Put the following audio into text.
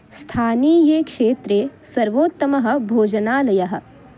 स्थानीये क्षेत्रे सर्वोत्तमः भोजनालयः